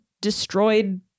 destroyed